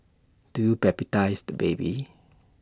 do you baptise the baby